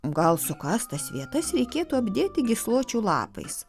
gal sukąstas vietas reikėtų apdėti gysločių lapais